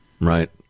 right